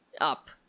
up